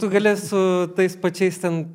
tu gali su tais pačiais ten